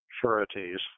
sureties